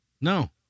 no